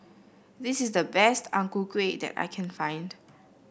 this is the best Ang Ku Kueh that I can find